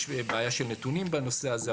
יש בעיה של נתונים בנושא הזה,